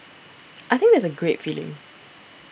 I think that's a great feeling